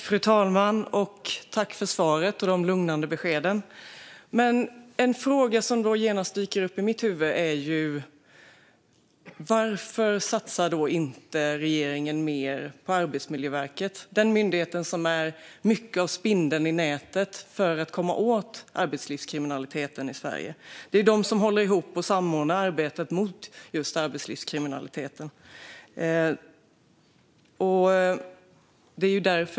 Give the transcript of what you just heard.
Fru talman! Jag tackar för svaret och de lugnande beskeden. En fråga som genast dyker upp i mitt huvud är varför regeringen inte satsar mer på Arbetsmiljöverket. Det är den myndighet som är spindeln i nätet för att komma åt arbetslivskriminaliteten i Sverige, och det är den myndighet som håller ihop och samordnar arbetet mot arbetslivskriminaliteten.